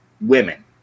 women